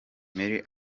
mary